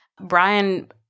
Brian